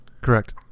Correct